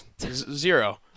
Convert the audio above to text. Zero